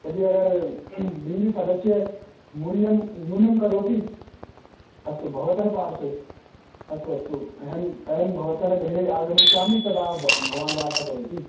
यदि अगर् बिम्बिफलस्य मूल्यं न्यूनं करोति अस्तु भवतः पार्श्वे अस्तु अस्तु अहं अहं भवतः गृहे आगमिष्यामि तदा भ भवान् वार्ता करोति